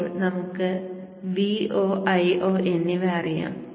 ഇപ്പോൾ നമുക്ക് Vo Io എന്നിവ അറിയാം